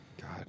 God